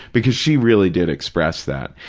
because she really did express that.